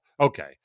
okay